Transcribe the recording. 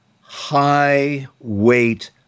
high-weight